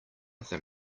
than